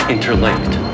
Interlinked